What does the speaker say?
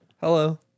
Hello